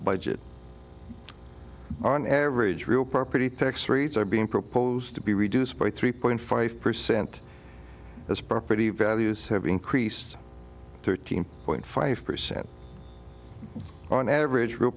budget on average real property tax rates are being proposed to be reduced by three point five percent as property values have increased thirteen point five percent on average real